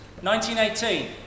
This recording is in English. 1918